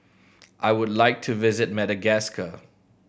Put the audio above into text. I would like to visit Madagascar